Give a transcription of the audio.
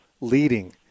leading